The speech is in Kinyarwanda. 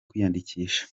kwiyandikisha